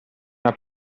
una